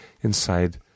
inside